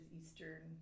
Eastern